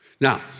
Now